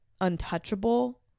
untouchable